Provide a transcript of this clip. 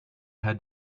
had